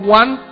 one